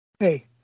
Hey